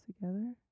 together